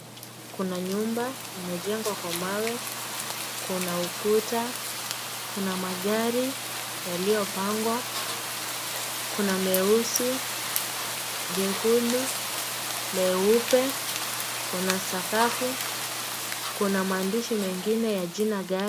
Kuna nyumba imejengwa kwa mawe. Kuna ukuta. Kuna magari yaliyopangwa, kuna meusi, jekundu, leupe. Kuna sakafu. Kuna maandishi mengine ya jina gari